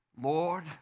Lord